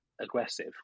Aggressive